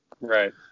Right